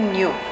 new